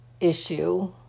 issue